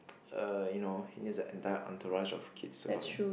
err you know he needs the entire entourage of kids to come here